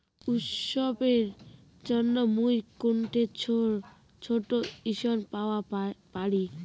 উৎসবের জন্য মুই কোনঠে ছোট ঋণ পাওয়া পারি?